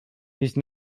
these